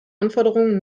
anforderungen